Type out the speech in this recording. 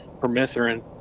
permethrin